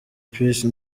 peace